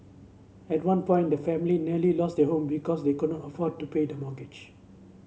at one point the family nearly lost their home because they could not afford to pay the mortgage